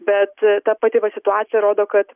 bet ta pati va situacija rodo kad